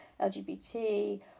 LGBT